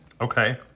Okay